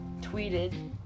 tweeted